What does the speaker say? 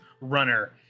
runner